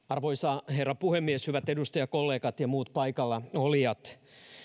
arvoisa herra puhemies hyvät edustajakollegat ja muut paikalla olijat